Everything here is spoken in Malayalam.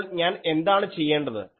അപ്പോൾ ഞാൻ എന്താണ് ചെയ്യേണ്ടത്